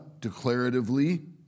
declaratively